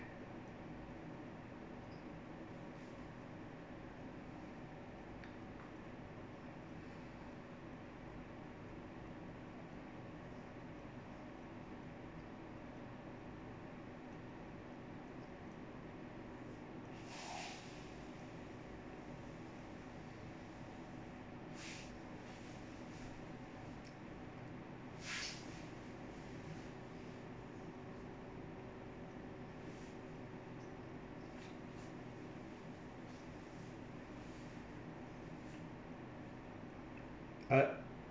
ah